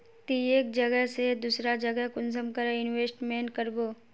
ती एक जगह से दूसरा जगह कुंसम करे इन्वेस्टमेंट करबो?